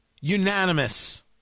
unanimous